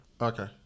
okay